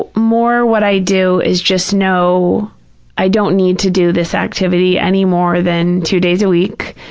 ah more what i do is just know i don't need to do this activity any more than two days a week,